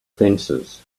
fences